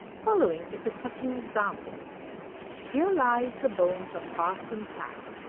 following is a touching example here lie the bones of parson platt,